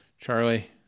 Charlie